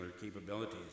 capabilities